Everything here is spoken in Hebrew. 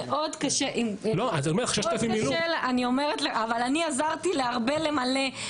--- אני עזרתי להרבה למלא.